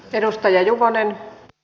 arvoisa rouva puhemies